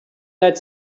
that